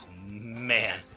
Man